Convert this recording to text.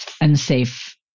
unsafe